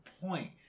point